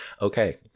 okay